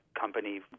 company